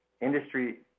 Industry